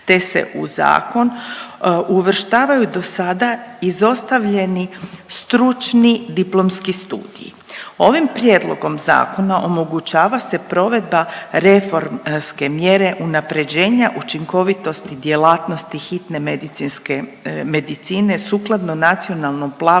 te se u zakon uvrštavaju do sada izostavljeni stručni diplomski studiji. Ovim prijedlogom zakona omogućava se provedba reformske mjere unapređenja učinkovitosti djelatnosti hitne medicine sukladno Nacionalnom planu